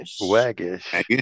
Waggish